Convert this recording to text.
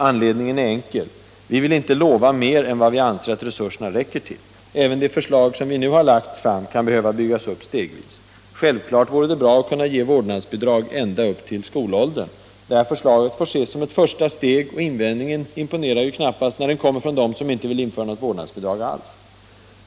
Anledningen är enkel. Vi vill inte lova mer än vi anser att resurserna räcker till. Även det förslag vi nu har lagt fram kan behöva byggas upp stegvis. Det vore bra att kunna ge vårdnadsbidrag ända upp till skolåldern. Det här förslaget får ses som ett första steg. Och invändningen imponerar knappast när den kommer från dem som inte vill införa något vårdnadsbidrag alls.